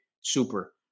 super